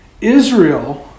Israel